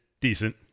decent